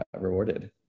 rewarded